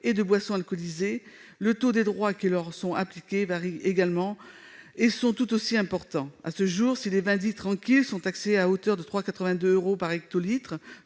et de boissons alcoolisées, les taux des droits qui leur sont appliqués varient également et sont tout aussi importants. À ce jour, si les vins dits « tranquilles » sont taxés à hauteur de 3,82 euros par hectolitre,